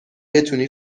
بتونی